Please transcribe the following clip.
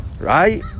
right